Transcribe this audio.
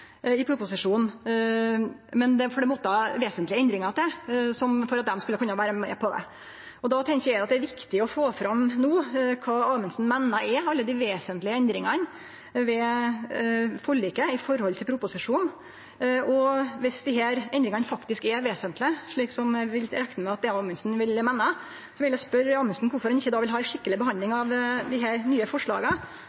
i proposisjonen – det måtte vesentlege endringar til for at dei skulle kunne vere med på det. Då tenkjer eg at det no er viktig å få fram kva Amundsen meiner er alle dei vesentlege endringane ved forliket i forhold til proposisjonen. Viss desse endringane faktisk er vesentlege, slik eg reknar med at Amundsen vil meine, vil eg spørje kvifor han ikkje vil ha ei skikkeleg behandling